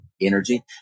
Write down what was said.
energy